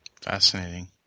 Fascinating